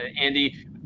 Andy